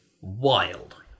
wild